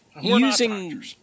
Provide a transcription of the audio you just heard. Using